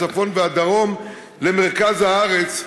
הצפון והדרום למרכז הארץ,